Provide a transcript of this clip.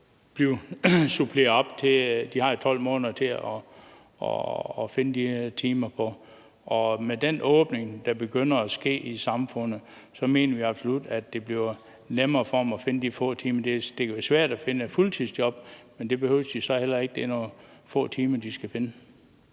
De har jo 12 måneder til at finde de her timer, og med den åbning, der begynder at ske i samfundet, mener vi absolut, at det bliver nemmere for dem at finde de få timer. Det kan være svært at finde et fuldtidsjob, men det behøver de så heller ikke. Det er nogle få timer, de skal finde.